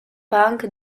punk